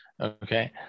Okay